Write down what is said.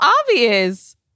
obvious